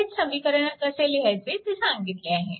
तेच समीकरण कसे लिहायचे ते सांगितले आहे